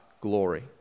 glory